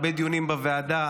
בהרבה דיונים בוועדה,